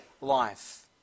life